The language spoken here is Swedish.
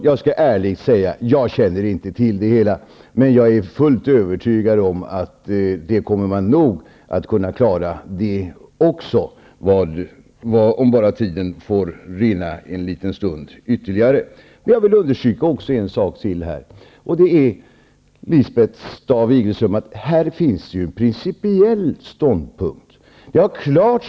Jag skall ärligt säga att jag inte känner till det hela, men att jag är fullt övertygad om att man kommer att klara det också vad tiden lider. Jag vill understryka, Lisbeth Staaf-Igelström, att här finns en principiell ståndpunkt.